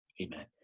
Amen